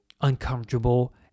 uncomfortable